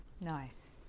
Nice